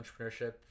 entrepreneurship